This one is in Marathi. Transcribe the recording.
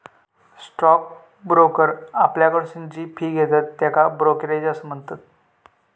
स्टॉक ब्रोकर आपल्याकडसून जी फी घेतत त्येका ब्रोकरेज म्हणतत